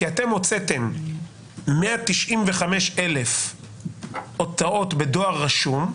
כי אתם הוצאתם 195,000 הודעות בדואר רשום.